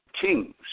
Kings